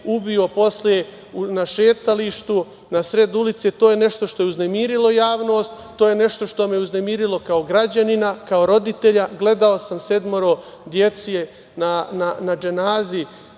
ubio posle na šetalištu, na sred ulice. To je nešto što je uznemirilo javnost, to je nešto što me je uznemirilo kao građanina, kao roditelja. Gledao sam sedmoro dece na dženazi